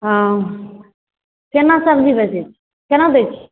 हॅं केना सब्जी बेचै छी केना दै छी